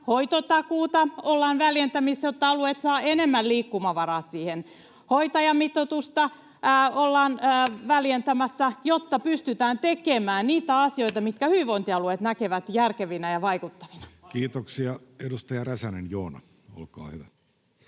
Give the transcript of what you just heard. hoitotakuuta ollaan väljentämässä, jotta alueet saavat enemmän liikkumavaraa siihen, hoitajamitoitusta ollaan väljentämässä, jotta pystytään tekemään niitä asioita, mitkä hyvinvointialueet näkevät järkevinä ja vaikuttavina. Kiitoksia. — Edustaja Räsänen, Joona, olkaa hyvä.